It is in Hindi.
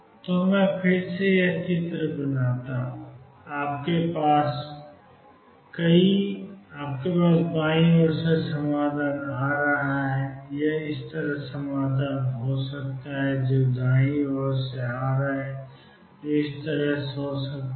तो मैं फिर से यह चित्र बनाता हूं और आपके पास बाईं ओर से एक समाधान आ रहा है यह इस तरह का समाधान हो सकता है जो दाईं ओर से आ रहा है जो इस तरह हो सकता है